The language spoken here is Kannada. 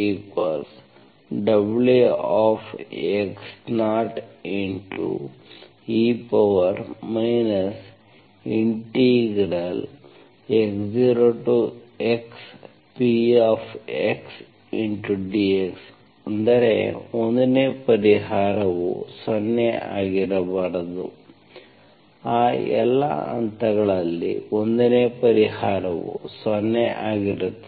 e x0xpdx ಅಂದರೆ 1 ನೇ ಪರಿಹಾರವು 0 ಆಗಿರಬಾರದು ಆ ಎಲ್ಲಾ ಹಂತಗಳಲ್ಲಿ 1 ನೇ ಪರಿಹಾರವು 0 ಆಗಿರುತ್ತದೆ